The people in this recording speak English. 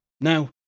Now